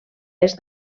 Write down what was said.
est